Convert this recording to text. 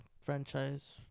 franchise